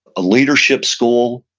a leadership school,